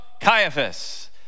Caiaphas